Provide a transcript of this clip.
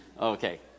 Okay